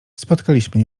spotkaliśmy